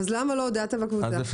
אז למה לא הודעת בקבוצה?